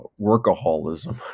workaholism